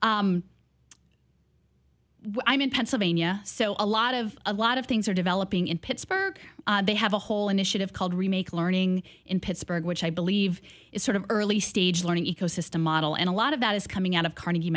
i'm in pennsylvania so a lot of a lot of things are developing in pittsburgh they have a whole initiative called remake learning in pittsburgh which i believe is sort of early stage learning ecosystem model and a lot of that is coming out of carnegie